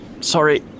Sorry